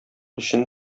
өчен